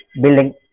building